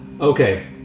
Okay